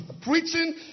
preaching